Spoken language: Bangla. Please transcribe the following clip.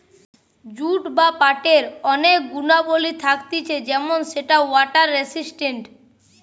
জুট বা পাটের অনেক গুণাবলী থাকতিছে যেমন সেটা ওয়াটার রেসিস্টেন্ট